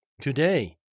Today